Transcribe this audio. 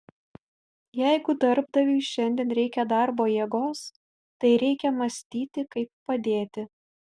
jeigu darbdaviui šiandien reikia darbo jėgos tai reikia mąstyti kaip padėti